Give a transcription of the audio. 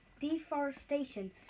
deforestation